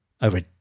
over